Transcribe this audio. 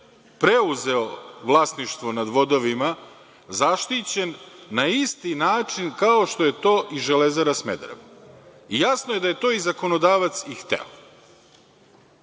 preuzeo vlasništvo nad vodovima, zaštićen na isti način kao što je to i „Železara“ Smederevo. Jasno je da je to zakonodavac i